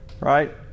right